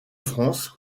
france